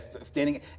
standing